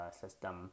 system